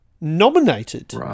nominated